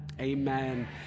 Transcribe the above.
amen